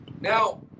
Now